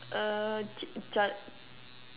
uh Jinjja